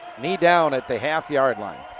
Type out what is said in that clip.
knee down at the half yard line.